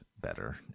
better